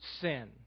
sin